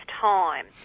time